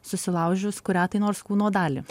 susilaužius kurią nors kūno dalį